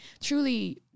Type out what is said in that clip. truly